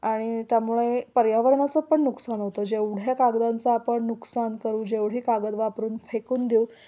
आणि त्यामुळे पर्यावरणाचं पण नुकसान होतं जेवढ्या कागदांचं आपण नुकसान करू जेवढे कागद वापरून फेकून देऊ